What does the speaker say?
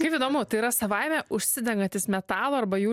kaip įdomu tai yra savaime užsidegantis metalo arba jų